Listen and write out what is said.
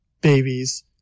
babies